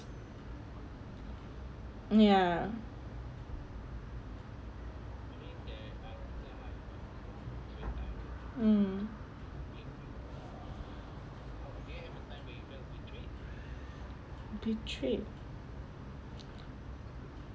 ya um betrayed